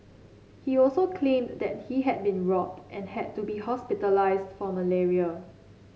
he also claimed that he had been robbed and had to be hospitalised for malaria